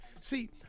See